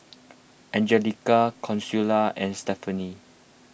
Angelica Consuela and Stephanie